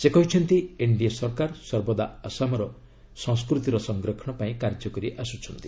ସେ କହିଛନ୍ତି ଏନ୍ଡିଏ ସରକାର ସର୍ବଦା ଆସାମର ସଂସ୍କୃତିର ସଂରକ୍ଷଣ ପାଇଁ କାର୍ଯ୍ୟ କରିଆସୁଛନ୍ତି